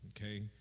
Okay